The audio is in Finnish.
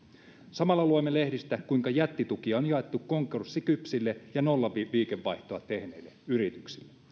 samalla luemme lehdistä kuinka jättitukia on jaettu konkurssikypsille ja nollaliikevaihtoa tehneille yrityksille